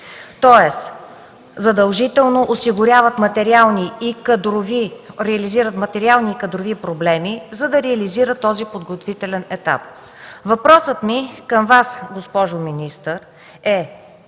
тоест задължително реализират материални и кадрови проблеми, за да осигурят този подготвителен етап. Въпросът ми към Вас, госпожо министър, е: